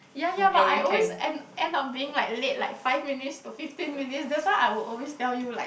ya ya but I always end end up thing like late like five minutes to fifteen minutes that's why I would always tell you like